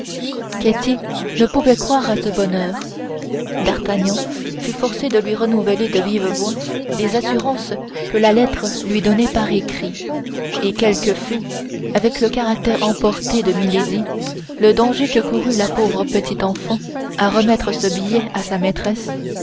ketty ne pouvait croire à ce bonheur d'artagnan fut forcé de lui renouveler de vive voix les assurances que la lettre lui donnait par écrit et quel que fût avec le caractère emporté de milady le danger que courût la pauvre enfant à remettre ce billet à sa maîtresse